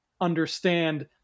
understand